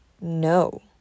No